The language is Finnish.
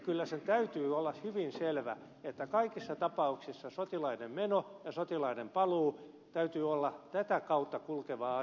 kyllä sen täytyy olla hyvin selvä että kaikissa tapauksissa sotilaiden meno ja sotilaiden paluu täytyy olla tätä kautta kulkeva asia